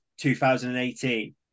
2018